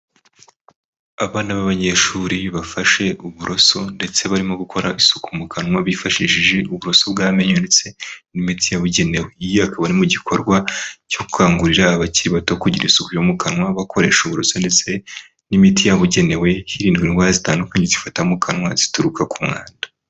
Abana b'abanyeshuri bafashe uburoso ndetse barimo gukora isuku mu kanwa bifashishije uburoso bw'amenyo ndetse n'imitsi yabugenewe, iyo akaba ari mu gikorwa cyo gukangurira abakiri bato kugira isuku yo mu kanwa bakoresha uburoso ndetse n'imiti yabugenewe hirindwa indwara zitandukanye zifata mu kanwa zituruka ku mwanda.